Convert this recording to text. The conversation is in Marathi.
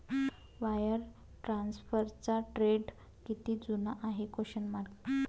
वायर ट्रान्सफरचा ट्रेंड किती जुना आहे?